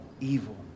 evil